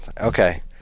Okay